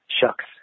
shucks